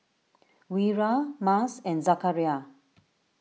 Wira Mas and Zakaria